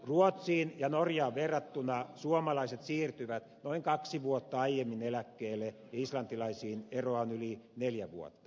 ruotsiin ja norjaan verrattuna suomalaiset siirtyvät noin kaksi vuotta aiemmin eläkkeelle ja islantilaisiin eroa on yli neljä vuotta